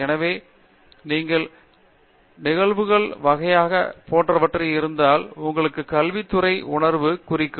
எனவே நீங்கள் நிகழ்வுகள் வகையைப் போன்றவராக இருந்தால் உங்களுக்கு கல்வி துறை உணர்வைக் குறிக்கும்